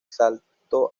salto